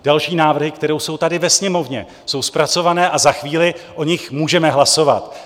Další návrhy, které jsou tady ve Sněmovně zpracované a za chvíli o nich můžeme hlasovat.